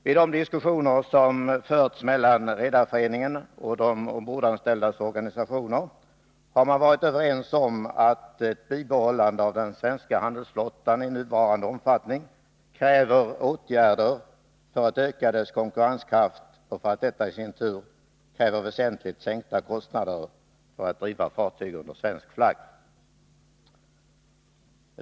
Vid de diskussioner som förts mellan Redareföreningen och de ombordanställdas organisationer har man kommit överens om att bibehållande av den svenska handelsflottan i nuvarande omfattning kräver åtgärder för att öka dess konkurrenskraft och att detta i sin tur kräver väsentligt sänkta kostnader för att driva fartyg under svensk flagg.